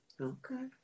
Okay